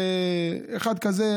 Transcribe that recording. באחד כזה,